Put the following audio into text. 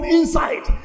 inside